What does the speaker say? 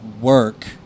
work